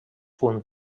punt